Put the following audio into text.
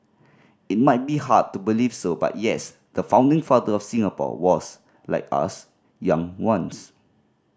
it might be hard to believe so but yes the founding father of Singapore was like us young once